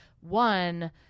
one